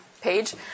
page